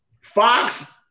Fox